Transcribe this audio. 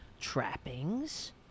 trappings